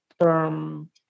term